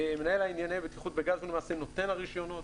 הוא למעשה נותן הרישיונות,